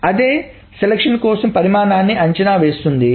అదే ఎంపిక కోసం పరిమాణాన్ని అంచనా వేస్తుంది